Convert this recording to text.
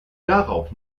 darauf